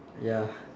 ya